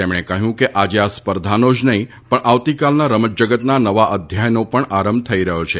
તેમણે કહ્યું કે આજે આ સ્પર્ધાનો જ નહિ પણ આવતીકાલના રમતજગતના નવા અધ્યાયનો પણ આરંભ થઇ રહ્યો છે